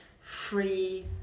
free